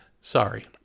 Sorry